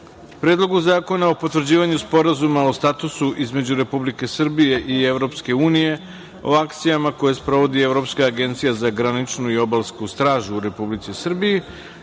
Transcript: Predlogu zakona o potvrđivanju Sporazuma o statusu između Republike Srbije i EU o akcijama koje sprovodi Evropska agencija za graničnu i obalsku stražu u Republici Srbiji